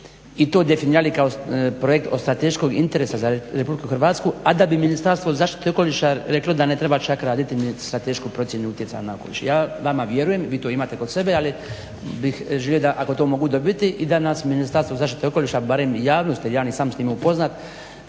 i to definirali kao projekt od strateškog interesa za RH, a bi Ministarstvo zaštite okoliša reklo da ne treba čak raditi niti stratešku procjenu utjecaja na okoliš. Ja vama vjerujem vi to imate kod sebe ali bih želio da ako to mogu dobiti i da nas Ministarstvo zaštite okoliša barem javnost jel ja nisam s tim upoznat,